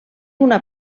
una